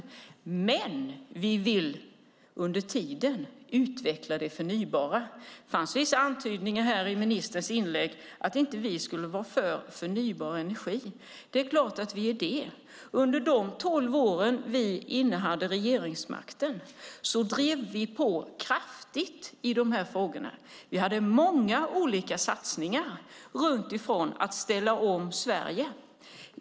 Under tiden vill vi utveckla det förnybara. Det fanns vissa antydningar i ministerns inlägg om att vi inte skulle vara för förnybar energi. Det är klart att vi är det! Under de tolv år vi innehade regeringsmakten drev vi på kraftigt i dessa frågor. Vi hade många olika satsningar när det gällde att ställa om Sverige.